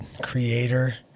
creator